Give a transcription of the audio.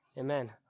Amen